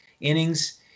innings